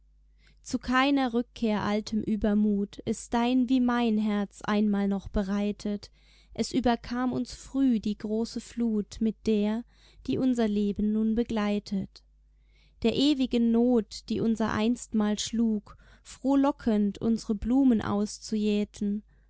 zu keiner rückkehr altem übermut ist dein wie mein herz einmal noch bereitet es überkam uns früh die große flut mit der die unser leben nun begleitet der ewigen not die unser einstmal schlug frohlockend unsre blumen auszujäten